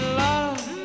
love